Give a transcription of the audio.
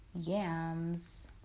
yams